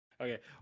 Okay